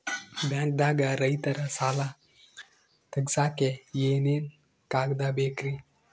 ಬ್ಯಾಂಕ್ದಾಗ ರೈತರ ಸಾಲ ತಗ್ಸಕ್ಕೆ ಏನೇನ್ ಕಾಗ್ದ ಬೇಕ್ರಿ?